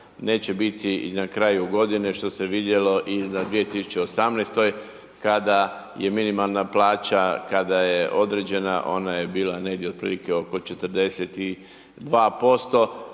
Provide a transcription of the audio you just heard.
neće biti i na kraju godine, što se vidjelo i na 2018.-toj kada je minimalna plaća, kada je određena, ona je bila negdje otprilike oko 42%,